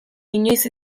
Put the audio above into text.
inoiz